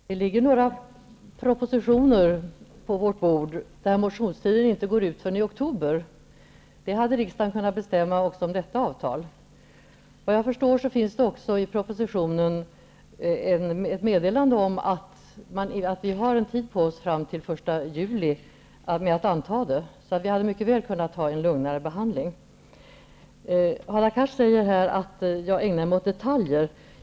Fru talman! Det ligger några propositioner på vårt bord. Motionstiden för dem går inte ut förrän i oktober. Så hade riksdagen kunnat bestämma även när det gäller EES-avtalet. Såvitt jag förstår finns det också i EES-propositionen ett meddelande om att vi har tid på oss fram till den 1 juli med att anta det. Vi hade alltså mycket väl kunnat behandla ärendet i en mycket lugnare takt. Hadar Cars säger att jag ägnar mig åt detaljer.